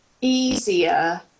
easier